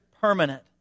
permanent